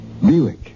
Buick